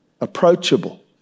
approachable